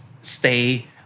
stay